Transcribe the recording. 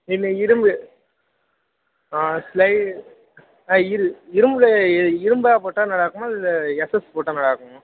இல்லை இரும்பு ஆ ஸ்லை ஆ இரு இரும்பில் இரும்பாக போட்டால் நல்லா இருக்குமா இல்லை எஸ்எஸ் போட்டால் நல்லாயிருக்குமா